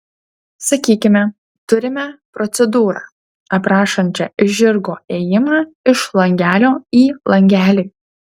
sakykime turime procedūrą aprašančią žirgo ėjimą iš langelio į langelį